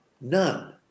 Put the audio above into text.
None